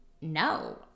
no